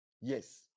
Yes